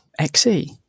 XE